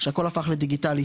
שהכול הפך לדיגיטלי.